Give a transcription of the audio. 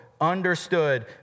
understood